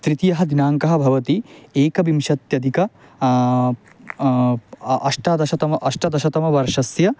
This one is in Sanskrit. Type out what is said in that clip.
तृतीयः दिनाङ्कः भवति एकविंशत्यधिक अष्टादशतम अष्टादशतमवर्षस्य